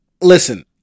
Listen